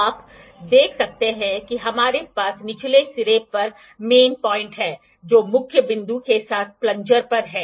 आप देख सकते हैं कि हमारे पास निचले सिरे पर मेन पॉइंट है जो मुख्य बिंदु के साथ प्लंजर पर है